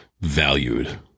valued